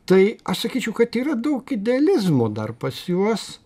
tai aš sakyčiau kad yra daug idealizmo dar pas juos